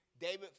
David